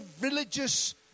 religious